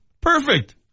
Perfect